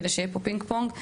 כדי שיהיה פה פינג פונג.